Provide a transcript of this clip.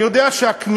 אני יודע שהכמיהה,